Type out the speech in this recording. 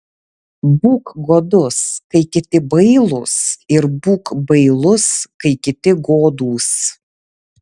būk godus kai kiti bailūs ir būk bailus kai kiti godūs